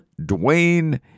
Dwayne